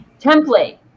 template